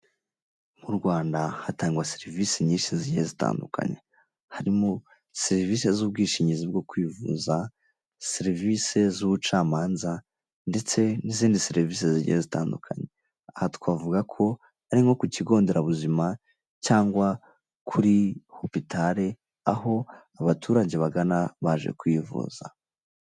Mu Rwanda hatangwa serivisi nyinshi zihe zitandukanye. Harimo serivisi z'ubwishingizi bwo kwivuza, serivisi z'ubucamanza, ndetse n'izindi serivisi zigiye zitandukanye. Aha twavuga ko, ari nko ku kigo nderabuzima, cyangwa kuri hopitale, aho abaturage bagana baje kwivuza.